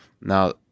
Now